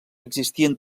existien